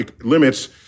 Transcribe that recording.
limits